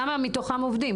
כמה מתוכם עובדים?